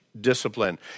discipline